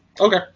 Okay